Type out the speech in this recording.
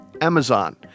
Amazon